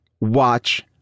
watch